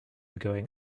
going